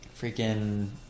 Freaking